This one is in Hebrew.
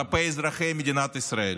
כלפי אזרחי מדינת ישראל.